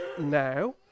now